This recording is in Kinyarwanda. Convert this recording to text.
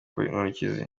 inkurikizi